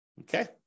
Okay